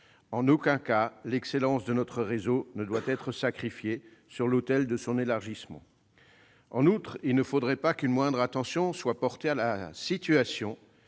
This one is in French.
En aucun cas, l'excellence de notre réseau ne doit être sacrifiée sur l'autel de son élargissement. En outre, il ne faudrait pas qu'une moindre attention soit portée à la situation,